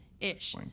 ish